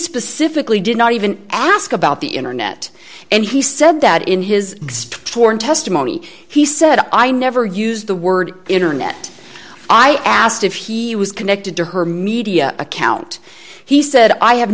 specifically did not even ask about the internet and he said that in his testimony he said i never used the word internet i asked if he was connected to her media account he said i have